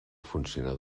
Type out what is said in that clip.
funcionar